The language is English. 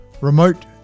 Remote